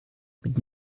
mit